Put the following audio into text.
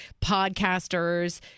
podcasters